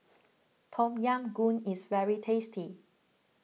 Tom Yam Goong is very tasty